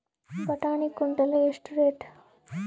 ಬಟಾಣಿ ಕುಂಟಲ ಎಷ್ಟು ರೇಟ್?